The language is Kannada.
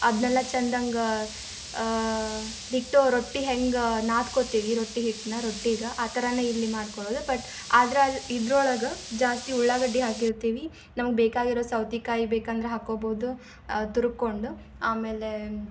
ಅದನ್ನೆಲ್ಲ ಚಂದಂಗೆ ಡಿಟ್ಟೋ ರೊಟ್ಟಿ ಹೆಂಗೆ ನಾದ್ಕೊತೀವಿ ರೊಟ್ಟಿ ಹಿಟ್ಟನ್ನ ರೊಟ್ಟಿಗೆ ಆ ಥರವೇ ಇಲ್ಲಿ ಮಾಡ್ಕೊಳ್ಳೊದು ಬಟ್ ಅದ್ರಲ್ಲಿ ಇದ್ರೊಳಗೆ ಜಾಸ್ತಿ ಉಳ್ಳಾಗಡ್ಡಿ ಹಾಕಿರ್ತೀವಿ ನಮ್ಗೆ ಬೇಕಾಗಿರೊ ಸೌತೆಕಾಯಿ ಬೇಕಂದ್ರೆ ಹಾಕ್ಕೊಬೋದು ತುರ್ಕೊಂಡು ಆಮೇಲೆ